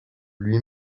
lui